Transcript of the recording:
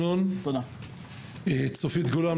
צופית גולן,